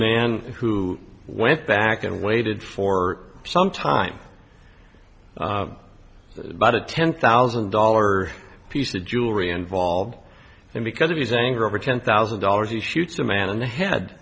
man who went back and waited for some time but a ten thousand dollars piece of jewelry involved and because of his anger over ten thousand dollars he shoots a man in the head